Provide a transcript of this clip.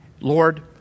Lord